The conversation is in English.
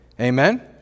Amen